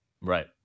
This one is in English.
Right